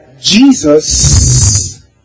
Jesus